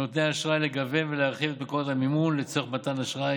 לנותני האשראי לגוון ולהרחיב את מקורות המימון לצורך מתן אשראי,